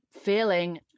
feeling